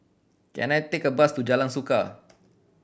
can I take a bus to Jalan Suka